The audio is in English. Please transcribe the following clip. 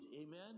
amen